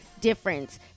difference